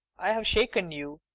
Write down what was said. i've shaken you.